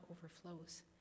overflows